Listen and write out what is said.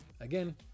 Again